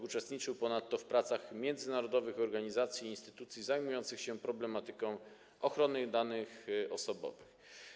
Uczestniczył ponadto w pracach międzynarodowych organizacji i instytucji zajmujących się problematyką ochrony danych osobowych.